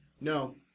no